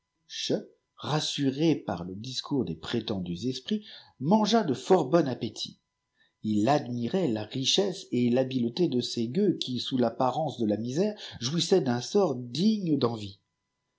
rassuré parle discours des prétendus esprits mangea de fort bon appétit il admirait la richesse et l'habileté de ces gueux qui sous l'apparence de la misère jouissaient d'un sort digne d'envie